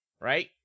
right